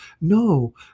no